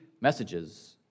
messages